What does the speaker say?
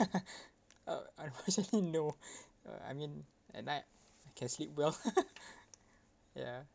uh I don't actually know uh I mean at night I can sleep well ya